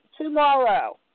tomorrow